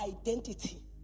identity